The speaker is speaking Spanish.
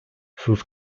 sus